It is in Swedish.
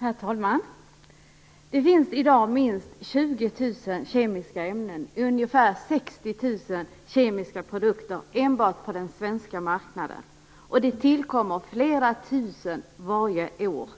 Herr talman! Det finns i dag minst 20 000 kemiska ämnen och ungefär 60 000 kemiska produkter enbart på den svenska marknaden, och det tillkommer flera tusen varje år.